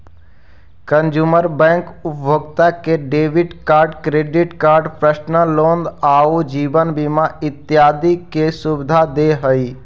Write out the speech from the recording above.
consumer bank उपभोक्ता के debit card, credit card, personal loan आउ जीवन बीमा इत्यादि के सुविधा दे हइ